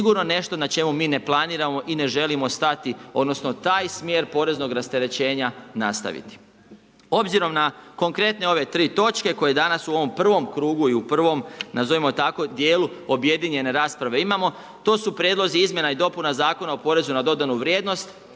sigurno nešto na čemu ne planiramo i ne želimo stati odnosno taj smjer poreznog rasterećenja nastaviti. Obzirom na konkretne ove tri točke koje danas u ovom prvom krugu i u prvom nazovimo tako djelu objedinjene rasprave imamo, to su prijedlozi izmjena i dopuna Zakona o porezu na dodanu vrijednost,